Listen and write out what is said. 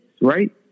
right